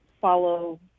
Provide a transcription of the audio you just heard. follow